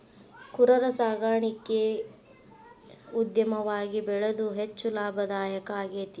ಕುರರ ಸಾಕಾಣಿಕೆ ಉದ್ಯಮವಾಗಿ ಬೆಳದು ಹೆಚ್ಚ ಲಾಭದಾಯಕಾ ಆಗೇತಿ